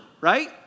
right